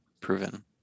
proven